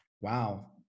wow